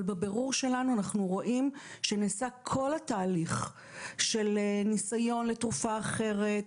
אבל בבירור שלנו אנחנו רואים שנעשה כל התהליך של ניסיון לתרופה אחרת,